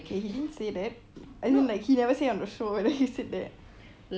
he didn't say that as in like he never say on the show whether he said that